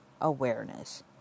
awareness